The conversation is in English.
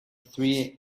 three